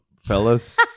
fellas